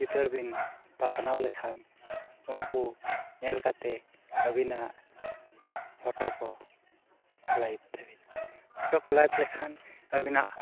ᱪᱤᱛᱟᱹᱨ ᱵᱤᱱ ᱯᱟᱥᱱᱟᱣ ᱞᱮᱠᱷᱟᱱ ᱩᱱᱠᱩ ᱧᱮᱞ ᱠᱟᱛᱮᱫ ᱟᱹᱵᱤᱱᱟᱜ ᱠᱚ ᱛᱟᱹᱵᱤᱱᱟ ᱠᱚ ᱞᱮᱠᱷᱟᱱ ᱟᱹᱵᱤᱱᱟᱜ